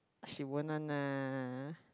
she won't one ah